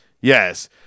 Yes